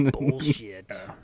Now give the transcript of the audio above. Bullshit